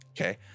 Okay